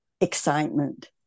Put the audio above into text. Excitement